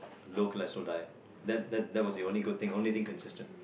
low cholesterol diet that was the only good thing the only thing consistent